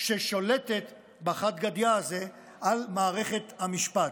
ששולטת בחד גדיא הזה על מערכת המשפט,